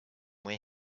where